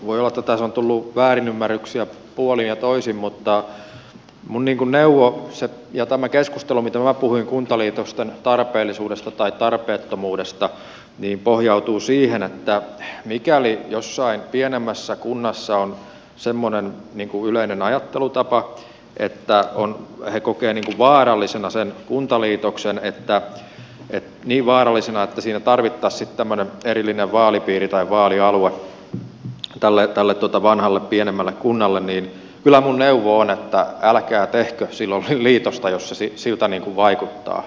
voi olla että tässä on tullut väärinymmärryksiä puolin ja toisin mutta minun neuvoni koskien tätä keskustelua ja sitä mitä minä puhuin kuntaliitosten tarpeellisuudesta tai tarpeettomuudesta pohjautuu siihen että mikäli jossain pienemmässä kunnassa on semmoinen yleinen ajattelutapa että he kokevat vaarallisena sen kuntaliitoksen niin vaarallisena että siinä tarvittaisiin tämmöinen erillinen vaalipiiri tai vaalialue tälle vanhalle pienemmälle kunnalle ja se on se että älkää tehkö silloin liitosta jos se siltä vaikuttaa